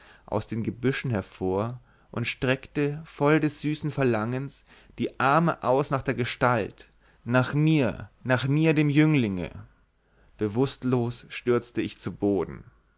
aus den gebüschen hervor und streckte voll süßen verlangens die arme aus nach der gestalt nach mir nach mir dem jünglinge bewußtlos stürzte ich zu boden